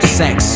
sex